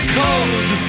cold